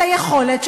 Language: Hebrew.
את היכולת,